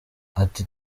ati